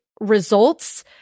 results